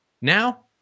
Now